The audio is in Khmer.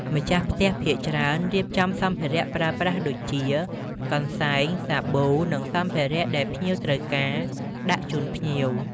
ម្ចាស់ផ្ទះភាគច្រើនរៀបចំសម្ភារៈប្រើប្រាស់ដូចជា កន្សែង សាប៊ូ និងសម្ភារៈដែលភ្ញៀវត្រូវការ ដាក់ជូនភ្ញៀវ។